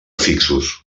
afixos